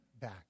back